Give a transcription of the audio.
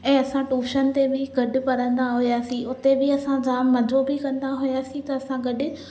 ऐं असां टूशन ते बि गॾु पढ़ंदा हुआसीं उते बि असां जाम मज़ो बि कंदा हुआसीं त असां गॾु